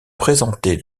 présenter